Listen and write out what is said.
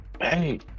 Hey